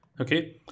okay